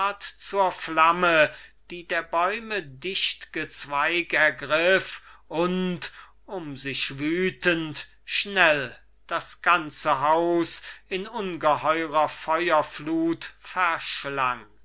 zur flamme die der bäume dicht gezweig und das gebälk ergreifend prasseln aufschlug und um sich wüthend schnell das ganze haus in ungeheurer feuerfluth verschlang